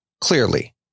clearly